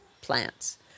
plants